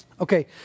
Okay